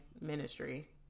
ministry